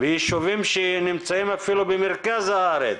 ויישובים שנמצאים אפילו במרכז הארץ,